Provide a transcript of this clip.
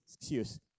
excuse